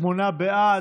שמונה בעד,